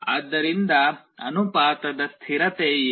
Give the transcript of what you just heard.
ಆದ್ದರಿಂದ ಅನುಪಾತದ ಸ್ಥಿರತೆ ಏನು